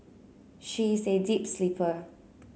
she is a deep sleeper